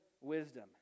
wisdom